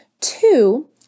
Two